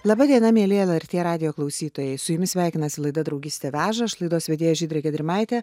laba diena mieli lrt radijo klausytojai su jumis sveikinasi laida draugystė veža aš laidos vedėja žydrė gedrimaitė